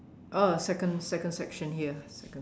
uh second second section here second